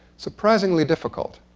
surprisingly difficult,